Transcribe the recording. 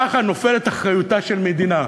ככה נופלת אחריותה של מדינה.